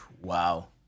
Wow